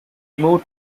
moved